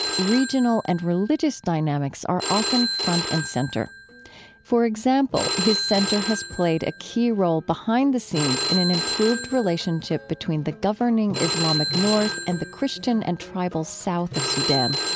regional and religious dynamics are often front and center for example, his center has played a key role behind the scenes in an improved relationship between the governing islamic north and the christian and tribal south of sudan.